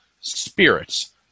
spirits